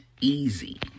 Easy